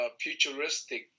futuristic